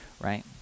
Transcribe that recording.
Right